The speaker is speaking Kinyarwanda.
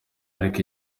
ariko